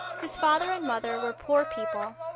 his father and mother were poor people.